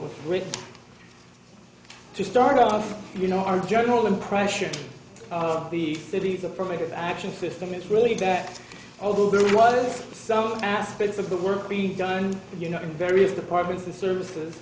was written to start off you know our general impression of the city's affirmative action system is really that although there was some aspects of the work being done you know in various departments and services